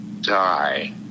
die